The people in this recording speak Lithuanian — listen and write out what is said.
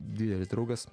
didelis draugas